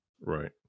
Right